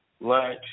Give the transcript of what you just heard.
lunch